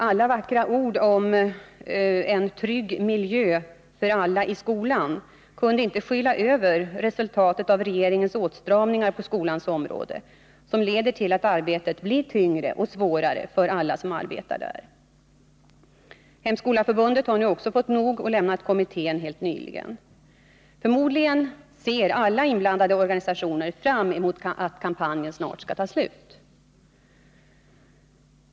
Alla vackra ord om ”en trygg miljö för alla i skolan” kunde inte skyla över resultatet av regeringens åtstramningar på skolans område, som leder till att arbetet blir tyngre och svårare för alla som arbetar där. Hem-skola-förbundet har nu också fått nog och lämnat kommittén helt nyligen. Förmodligen ser alla inblandade organisationer fram emot att kampanjen snart skall ta slut.